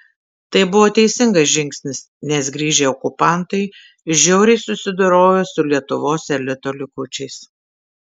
tai buvo teisingas žingsnis nes grįžę okupantai žiauriai susidorojo su lietuvos elito likučiais